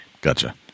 Gotcha